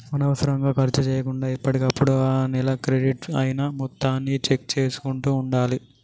అనవసరంగా ఖర్చు చేయకుండా ఎప్పటికప్పుడు ఆ నెల క్రెడిట్ అయిన మొత్తాన్ని చెక్ చేసుకుంటూ ఉండాలి